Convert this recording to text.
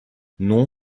non